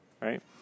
right